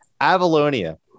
Avalonia